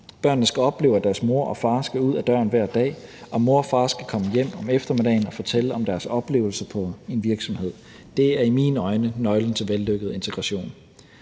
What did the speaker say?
Børnene skal opleve, at deres mor og far skal ud ad døren hver dag, og mor og far skal komme hjem om eftermiddagen og fortælle om deres oplevelser i en virksomhed. Det er i mine øjne nøglen til vellykket integration.